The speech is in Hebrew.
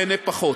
ייהנה פחות.